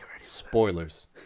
spoilers